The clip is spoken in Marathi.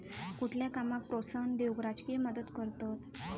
कुठल्या कामाक प्रोत्साहन देऊक राजकीय मदत करतत